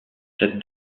cette